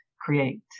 create